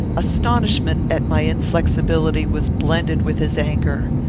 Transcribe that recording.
astonishment at my inflexibility was blended with his anger.